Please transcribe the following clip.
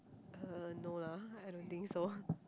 uh no lah I don't think so